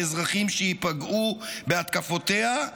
האזרחים שייפגעו בהתקפותיה,